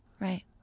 Right